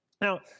Now